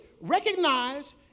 Recognize